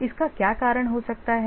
इसका क्या कारण हो सकता है